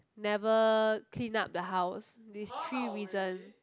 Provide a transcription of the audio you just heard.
never clean up the house these three reason